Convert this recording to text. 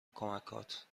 کمکهات